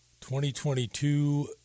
2022